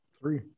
three